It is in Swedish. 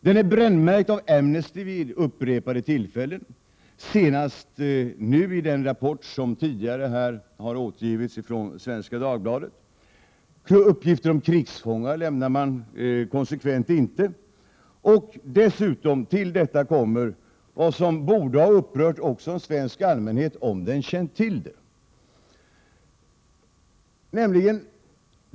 Den är brännmärkt av Amnesty International vid upprepade tillfällen, senast nu i den rapport som tidigare här har återgivits från Svenska Dagbladet. Där lämnas konsekvent inte uppgifter om krigsfångar, och till detta kommer vad som borde ha upprört också en svensk allmänhet om den känt till det.